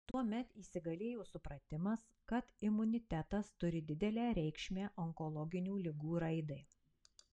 tuomet įsigalėjo supratimas kad imunitetas turi didelę reikšmę onkologinių ligų raidai